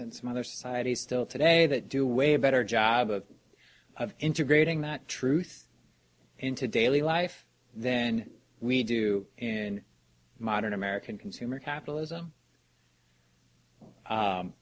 and some other societies still today that do way a better job of integrating that truth into daily life then we do in modern american consumer capitalism